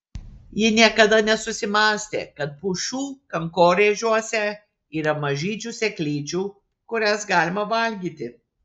ji niekada nesusimąstė kad pušų kankorėžiuose yra mažyčių sėklyčių kurias galima valgyti